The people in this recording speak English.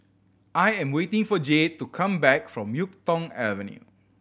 I am waiting for Jade to come back from Yuk Tong Avenue